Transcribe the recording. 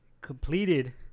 completed